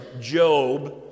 Job